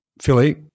Philly